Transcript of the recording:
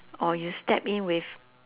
or you step in with